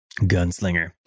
Gunslinger